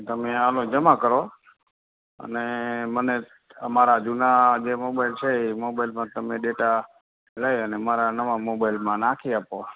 તમે આ લો જમા કરો અને મને અમારા જૂના જે મોબાઈલ છે એ મોબાઇલમાં તમે ડેટા લઈ અને મારા નવા મોબાઇલમાં નાખી આપો